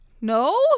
No